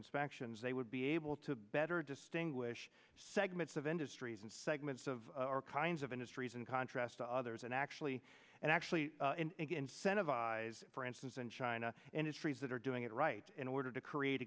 inspections they would be able to better distinguish segments of industries and segments of our kinds of industries in contrast to others and actually and actually incentivize for instance in china industries that are doing it right in order to create